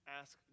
ask